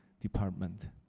department